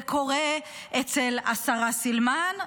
זה קורה אצל השרה סילמן,